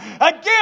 Again